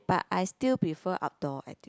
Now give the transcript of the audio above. but I still prefer outdoor active